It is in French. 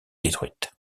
détruite